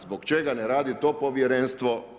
Zbog čega ne radi to Povjerenstvo?